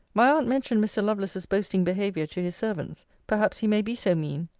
my aunt mentioned mr. lovelace's boasting behaviour to his servants perhaps he may be so mean.